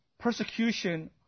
persecution